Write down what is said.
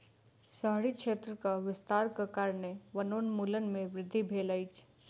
शहरी क्षेत्रक विस्तारक कारणेँ वनोन्मूलन में वृद्धि भेल अछि